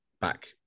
back